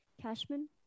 Cashman